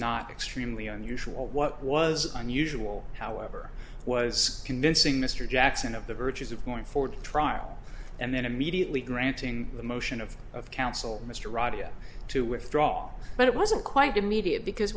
not extremely unusual what was unusual however was convincing mr jackson of the virtues of mourning for trial and then immediately granting the motion of of counsel mr audio to withdraw but it wasn't quite immediate because